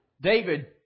David